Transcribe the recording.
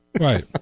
Right